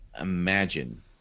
imagine